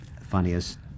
funniest